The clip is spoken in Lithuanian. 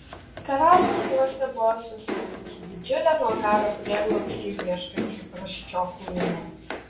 karaliaus uoste buvo susirinkusi didžiulė nuo karo prieglobsčio ieškančių prasčiokų minia